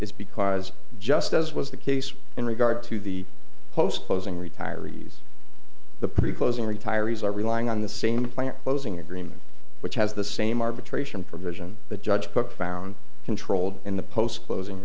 is because just as was the case in regard to the post closing retirees the pretty closing retirees are relying on the same plant closing agreement which has the same arbitration provision the judge took found controlled in the post closing